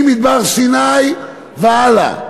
ממדבר סיני והלאה,